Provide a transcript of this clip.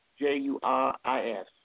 J-U-R-I-S